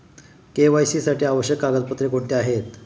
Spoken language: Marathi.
के.वाय.सी साठी आवश्यक कागदपत्रे कोणती आहेत?